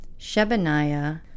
Shebaniah